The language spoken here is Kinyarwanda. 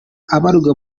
abarirwa